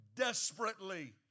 desperately